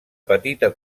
petita